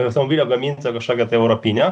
automobilio gamintojo kažkokio tai europinio